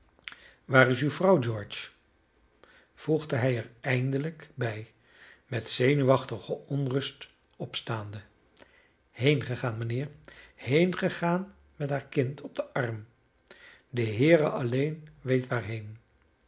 waar is uwe vrouw george voegde hij er eindelijk bij met zenuwachtige onrust opstaande heengegaan mijnheer heengegaan met haar kind op den arm de heere alleen weet waarheen